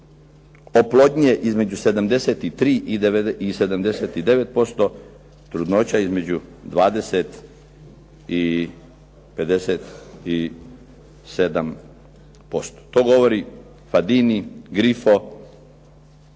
oplodnje između 73 i 79%, trudnoća između 20 i 57%. To govori Fadini, Grifo